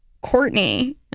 Courtney